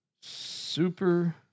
Super